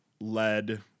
led